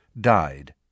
died